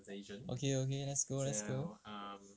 okay okay let's go let's go